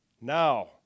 Now